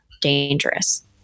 dangerous